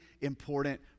important